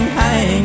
hang